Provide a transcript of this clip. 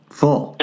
full